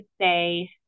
say